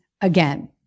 again